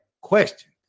question